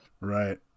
Right